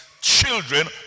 children